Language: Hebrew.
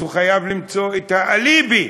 אז הוא חייב למצוא את האליבי: